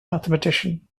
mathematician